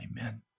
Amen